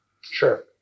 Sure